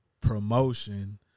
promotion